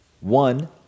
one